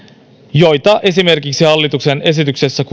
joita esimerkiksi hallituksen esityksessä